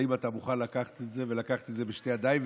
האם אתה מוכן לקחת את זה, ולקחת את זה בשתי ידיים?